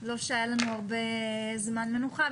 לא שהיה לנו הרבה זמן מנוחה,